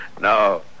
No